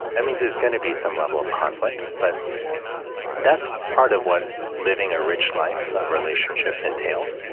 i mean, there's going to be some level of conflict, but that's part of what living a rich life of relationships entails.